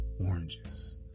oranges